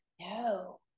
No